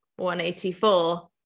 184